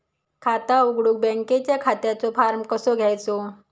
खाता उघडुक बँकेच्या खात्याचो फार्म कसो घ्यायचो?